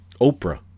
Oprah